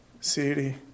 city